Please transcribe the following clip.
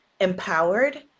empowered